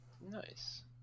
Nice